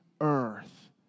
earth